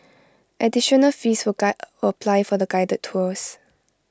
additional fees will apply for the guided tours